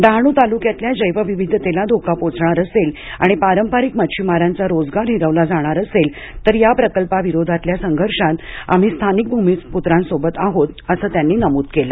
डहाणू तालुक्यातल्या जैवविविधतेला धोका पोहोचणार असेल आणि पारंपरिक मच्छिमारांचा रोजगार हिरावला जाणार असेल तर या प्रकल्पाविरोधातल्या संघर्षात आम्ही स्थानिक भूमिपुत्रांसोबत आहोत असं त्यांनी नमूद केलं